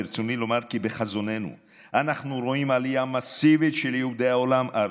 ברצוני לומר כי בחזוננו אנחנו רואים עלייה מסיבית של יהודי העולם ארצה.